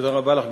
תודה רבה לך.